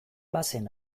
bazen